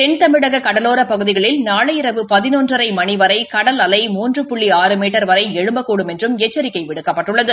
தென்தமிழக கடலோரப் பகுதகளில் நாளை இரவு பதினொன்றரை மணி வரை கடல் அலை மூன்று புள்ளி ஆறு மீட்டர் வரை எழும்பக்கூடும் என்று எச்சரிக்கை விடுக்கப்பட்டுள்ளது